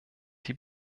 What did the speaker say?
die